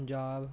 Punjab